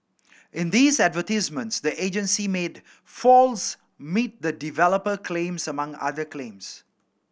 in these advertisements the agency made false meet the developer claims among other claims